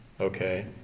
Okay